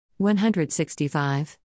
165